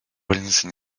больнице